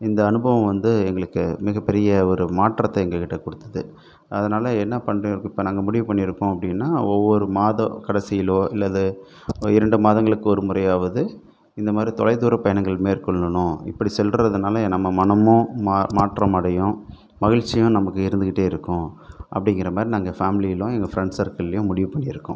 இந்த அனுபவம் வந்து எங்களுக்கு மிகப்பெரிய ஒரு மாற்றத்தை எங்ககிட்ட கொடுத்தது அதனால் என்ன பண்ற இப்போ நாங்கள் முடிவு பண்ணியிருக்கோம் அப்படினா ஒவ்வொரு மாத கடைசியிலோ இல்லை இது இரண்டு மாதங்களுக்கு ஒரு முறையாவது இந்த மாதிரி தொலைதூர பயணங்கள் மேற்கொள்ளணும் இப்படி செல்றதினால நம்ம மனமும் மா மாற்றம் அடையும் மகிழ்ச்சியும் நமக்கு இருந்துகிட்டே இருக்கும் அப்படிங்கற மாதிரி நாங்கள் ஃபேமிலிலும் எங்கள் ஃப்ரெண்ட்ஸ் சர்க்கிள்லேயும் முடிவு பண்ணியிருக்கோம்